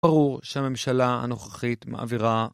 ברור שהממשלה הנוכחית מעבירה...